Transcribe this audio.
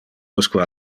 usque